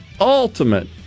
ultimate